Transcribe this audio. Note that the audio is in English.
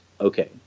okay